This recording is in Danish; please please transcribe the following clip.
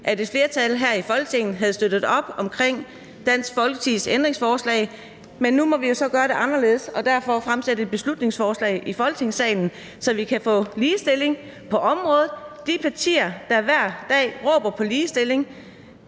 at et flertal her i Folketinget havde støttet op om Dansk Folkepartis ændringsforslag, men nu må vi jo så gøre det anderledes og derfor fremsætte et beslutningsforslag i Folketingssalen, så vi kan få ligestilling på området. Man må bare sige, at de partier, der hver dag råber på ligestilling,